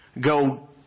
go